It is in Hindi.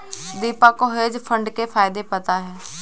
दीपक को हेज फंड के फायदे पता है